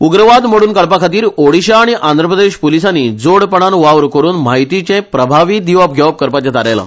उग्रवाद मोडुन काडपाखातीर ओडिशा आनी आंद्रप्रदेश पुलिसानी जोडपणान वावर करुन म्हायतीचें प्रभावी दिवप घेवप करपाचें थारायला